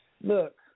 Look